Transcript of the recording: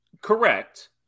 Correct